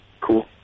Cool